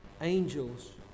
angels